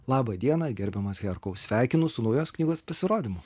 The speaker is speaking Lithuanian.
labą dieną gerbiamas herkau sveikinu su naujos knygos pasirodymu